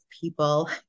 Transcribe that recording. people